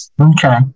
Okay